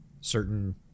certain